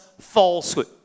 falsehood